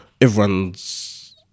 everyone's